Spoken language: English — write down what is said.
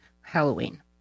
Halloween